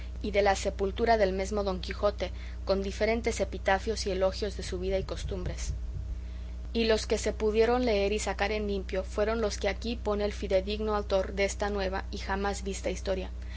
y de la sepultura del mesmo don quijote con diferentes epitafios y elogios de su vida y costumbres y los que se pudieron leer y sacar en limpio fueron los que aquí pone el fidedigno autor desta nueva y jamás vista historia